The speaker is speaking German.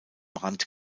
rand